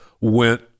went